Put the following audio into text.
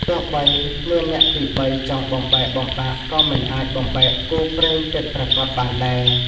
ទោះបីមានអ្នកទីបីចង់បំបែកបំបាក់ ក៏មិនអាចបំបែកគូព្រេងពិតប្រាកដបានដែរ។